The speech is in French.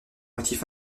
motif